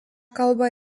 kalbą